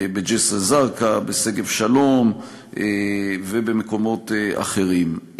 בג'סר-א-זרקא, בשגב-שלום ובמקומות אחרים.